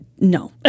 No